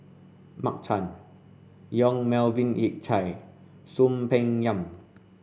Mark Chan Yong Melvin Yik Chye Soon Peng Yam